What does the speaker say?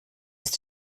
ist